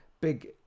big